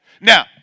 Now